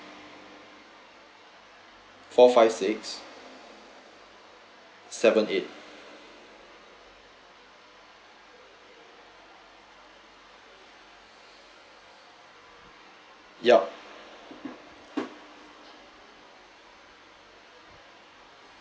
four five six seven eight ya